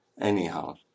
Anyhow